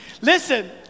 Listen